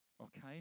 okay